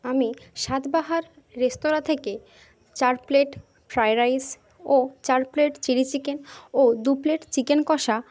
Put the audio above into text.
আমি সাতবাহার রেস্তোরাঁ থেকে চার প্লেট ফ্রাইড রাইস ও চার প্লেট চিলি চিকেন ও দু প্লেট চিকেন কষা